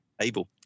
able